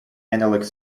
analogue